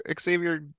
Xavier